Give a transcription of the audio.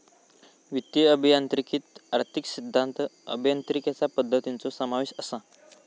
वित्तीय अभियांत्रिकीत आर्थिक सिद्धांत, अभियांत्रिकीचा पद्धतींचो समावेश असा